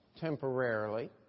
temporarily